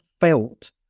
felt